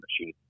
machine